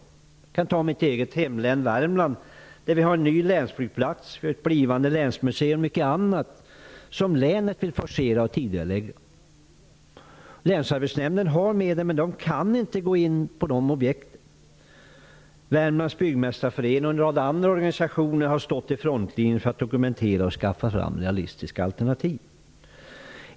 Jag kan ta mitt hemlän Värmland som exempel. Där finns en ny länsflygplats och ett nytt länsmuseum som länet velat tidigarelägga byggstarten för. Länsarbetsnämnden har medel men kan inte påbörja objekten. Värmlands byggmästarförening och andra organisationer har stått i frontlinjen för att dokumentera och skaffa fram realistiska alternativ.